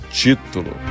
título